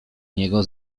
niego